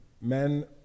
Men